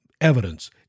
evidence